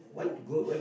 no